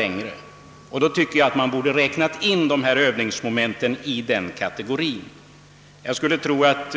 Enligt min mening borde dessa övningar räknas in den kategorin. Jag tror att